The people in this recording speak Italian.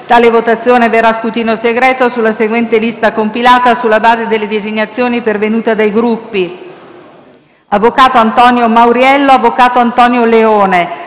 Tale operazione avverrà a scrutinio segreto sulla seguente lista compilata sulla base delle designazioni pervenute dai Gruppi: avvocato Antonio Mauriello avvocato Antonio Leone